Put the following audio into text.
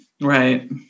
Right